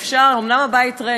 אומנם הבית ריק,